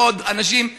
ועוד אנשים,